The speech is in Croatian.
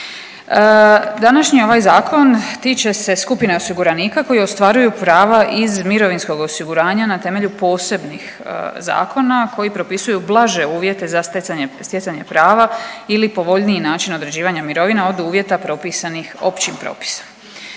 Današnji ovaj zakon tiče se skupine osiguranika koji ostvaruju prava iz mirovinskog osiguranja na temelju posebnih zakona koji propisuju blaže uvjete za stjecanje prava ili povoljniji način određivanja mirovina od uvjeta propisanih općim propisom.